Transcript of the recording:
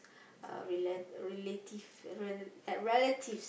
uh relate relative rela~ relatives